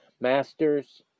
Masters